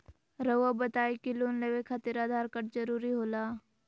रौआ बताई की लोन लेवे खातिर आधार कार्ड जरूरी होला?